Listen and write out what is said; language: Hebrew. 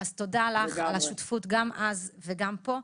תודה לך על השותפות, גם אז וגם כאן.